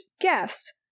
guest